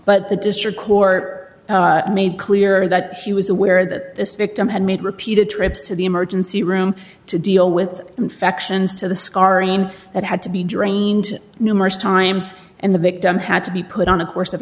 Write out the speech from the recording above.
but the district court made clear that he was aware that this victim had made repeated trips to the emergency room to deal with infections to the scarring that had to be drained numerous times and the victim had to be put on a course of